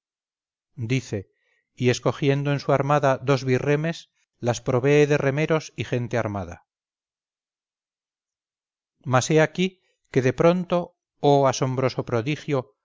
dice y escogiendo en su armada dos birremes las provee de remeros y gente armada mas he aquí que de pronto oh asombroso prodigio